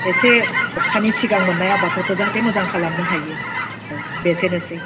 एसे अखानि सिगां मोननाय आबादफोरखौ जाहाथे मोजां खालामनो हायो औ एसेनोसै